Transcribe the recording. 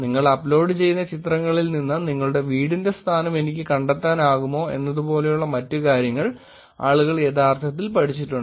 നിങ്ങൾ അപ്ലോഡ് ചെയ്യുന്ന ചിത്രങ്ങളിൽ നിന്ന് നിങ്ങളുടെ വീടിന്റെ സ്ഥാനം എനിക്ക് കണ്ടെത്താനാകുമോ എന്നതുപോലെയുള്ള മറ്റ് കാര്യങ്ങൾ ആളുകൾ യഥാർത്ഥത്തിൽ പഠിച്ചിട്ടുണ്ട്